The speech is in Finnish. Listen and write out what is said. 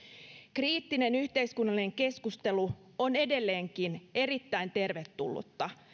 kriittinen yhteiskunnallinen keskustelu on edelleenkin erittäin tervetullutta